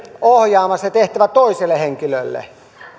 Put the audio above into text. ohjaamaan se tehtävä toiselle henkilölle